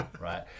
right